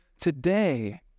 today